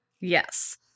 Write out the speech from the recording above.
Yes